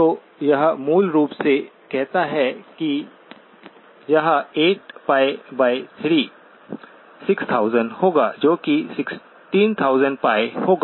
तो यह मूल रूप से कहता है कि यह 8π36000 होगा जो कि 16000 π होगा